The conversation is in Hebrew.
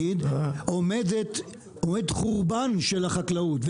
עומד חורבן של החקלאות,